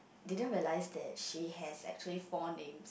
didn't realize that she has actually four name